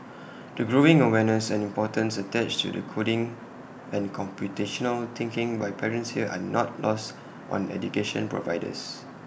the growing awareness and importance attached to the coding and computational thinking by parents here are not lost on education providers